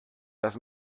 das